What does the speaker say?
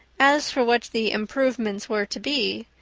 as for what the improvements were to be,